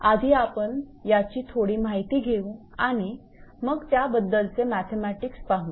आधी आपण याची थोडी माहिती घेऊ आणि मग त्याबद्दलचे मॅथेमॅटिक्स पाहू